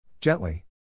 Gently